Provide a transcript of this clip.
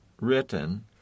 written